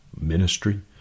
ministry